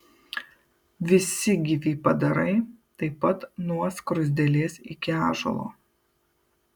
visi gyvi padarai taip pat nuo skruzdėlės iki ąžuolo